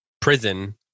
prison